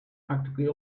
practically